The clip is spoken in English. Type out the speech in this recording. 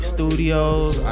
Studios